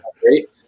great